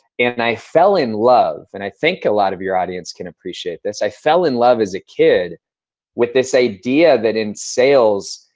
and i fell in love and i think a lot of your audience can appreciate this i fell in love as a kid with this idea that in sales,